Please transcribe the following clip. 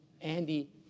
Andy